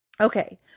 Okay